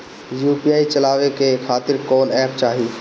UPI चलवाए के खातिर कौन एप चाहीं?